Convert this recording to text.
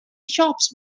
shops